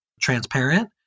Transparent